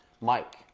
Mike